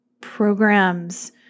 programs